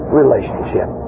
relationship